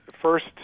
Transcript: first